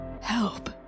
Help